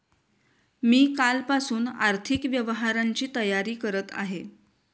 मी कालपासून आर्थिक व्यवहारांची तयारी करत आहे